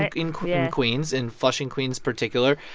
ah in queens queens in flushing, queens, particular.